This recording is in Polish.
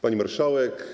Pani Marszałek!